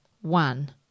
one